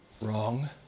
Wrong